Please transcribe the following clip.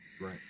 right